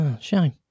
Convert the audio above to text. Shame